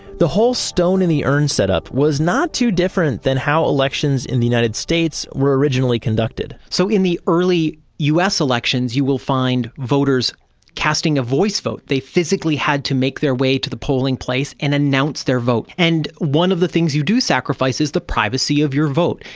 the whole stone in the urn set up was not too different than how elections in the united states were originally conducted so, in the early us elections, you will find voters casting a voice vote. they physically had to make their way to the polling place and announced their vote. and one of the things you do sacrifice is the privacy of your vote.